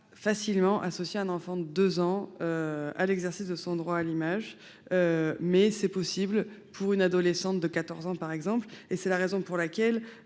facilement associer un enfant de 2 ans à l'exercice de son droit à l'image. Pour autant, c'est possible pour une adolescente de 14 ans. C'est la raison pour laquelle